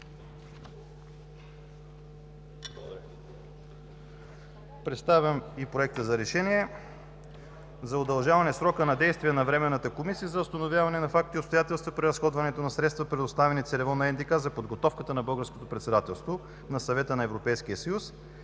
Правилника за работа РЕШИ: Удължава срока на действие на Временната комисия за установяване на факти и обстоятелства при разходването на средства, предоставени целево на НДК за подготовка на българското председателство на Съвета на Европейския съюз,